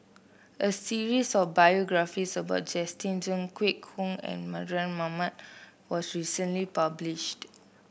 a series of biographies about Justin Zhuang Kwek Hong Png and Mardan Mamat was recently published